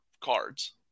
cards